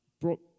brought